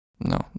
No